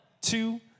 two